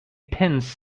pins